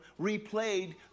replayed